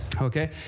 Okay